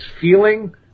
feeling